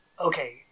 Okay